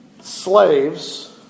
Slaves